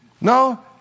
No